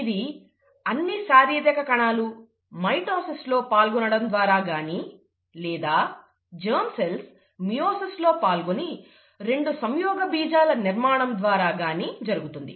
ఇది అన్ని శారీరక కణాలు మైటోసిస్ లో పాల్గొనడం ద్వారా గాని లేదా జెర్మ్ సెల్స్ మియోసిస్లో పాల్గొని రెండు సంయోగ బీజాల నిర్మాణం ద్వారా గాని జరుగుతుంది